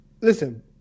Listen